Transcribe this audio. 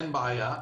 אין בעיה.